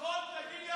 אז תגיד לראש הממשלה.